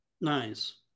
nice